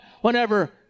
whenever